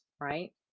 right